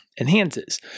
enhances